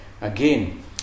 again